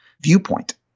viewpoint